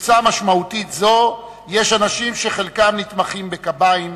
בקבוצה משמעותית זו יש אנשים שחלקם נתמכים בקביים,